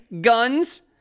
guns